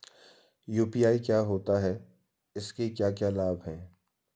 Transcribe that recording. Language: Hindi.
यु.पी.आई क्या होता है इसके क्या क्या लाभ हैं?